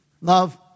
Love